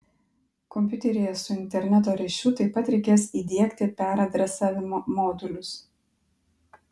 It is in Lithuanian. kompiuteryje su interneto ryšiu taip pat reikės įdiegti peradresavimo modulius